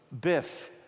Biff